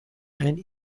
and